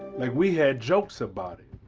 like we had jokes about it.